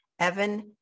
Evan